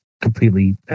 completely